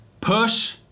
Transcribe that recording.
Push